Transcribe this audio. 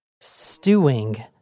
stewing